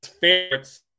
favorites